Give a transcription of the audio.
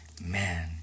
man